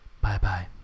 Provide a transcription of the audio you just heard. Bye-bye